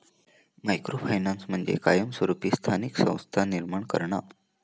micro finance म्हणजे कायमस्वरूपी स्थानिक संस्था निर्माण करणा